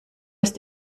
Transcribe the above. ist